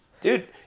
Dude